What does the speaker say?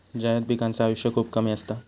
जायद पिकांचा आयुष्य खूप कमी असता